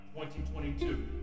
2022